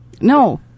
No